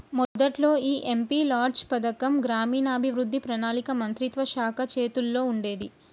మొదట్లో ఈ MP LADS పథకం గ్రామీణాభివృద్ధి పణాళిక మంత్రిత్వ శాఖ చేతుల్లో ఉండేది